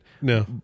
No